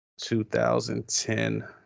2010